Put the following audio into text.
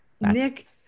nick